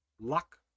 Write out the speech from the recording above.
luck